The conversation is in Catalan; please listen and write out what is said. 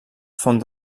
font